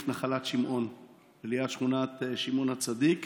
נחלת שמעון שליד שכונת שמעון הצדיק